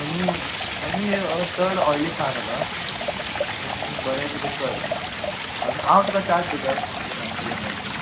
पनीर पनीर चड ऑयली खावनाका तूं बरें किदें कर आनी हांव तुका चार्ट दिता आसतलें मॅन्यू